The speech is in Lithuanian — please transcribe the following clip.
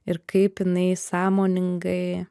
ir kaip jinai sąmoningai